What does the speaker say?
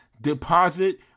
deposit